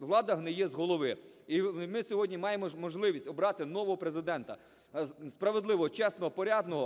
влада гниє з голови. І ми сьогодні маємо можливість обрати нового Президента – справедливого, чесного, порядного